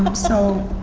um so